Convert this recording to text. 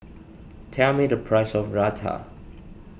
tell me the price of Raita